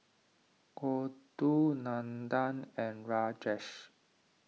Gouthu Nandan and Rajesh